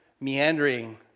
meandering